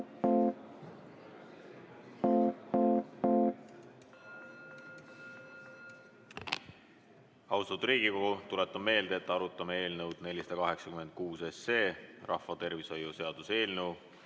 Austatud Riigikogu! Tuletan meelde, et arutame eelnõu 486, rahvatervishoiu seaduse eelnõu.